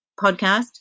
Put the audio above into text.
podcast